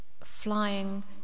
flying